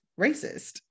racist